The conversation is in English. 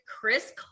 Chris